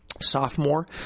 sophomore